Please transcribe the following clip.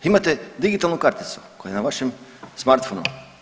Imate digitalnu karticu koja je na vašem smartphonu.